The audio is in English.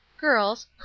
Girls